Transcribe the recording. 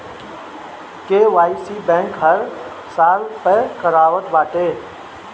KYC bank हर साल पअ करावत बाटे